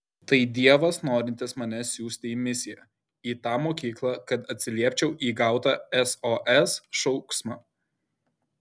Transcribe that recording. tai dievas norintis mane siųsti į misiją į tą mokyklą kad atsiliepčiau į gautą sos šauksmą